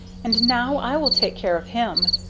and now i will take care of him.